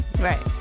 Right